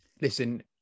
Listen